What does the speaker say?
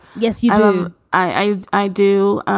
yes. you know um i. i do.